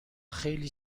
خیلی